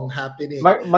happening